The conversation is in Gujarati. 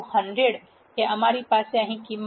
અમારી પાસે અહીં અંતિમ કિંમત y અક્ષ પર 100 છે